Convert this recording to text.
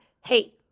hey